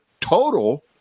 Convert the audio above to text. total